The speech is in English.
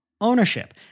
Ownership